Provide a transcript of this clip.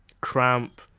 cramp